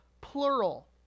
plural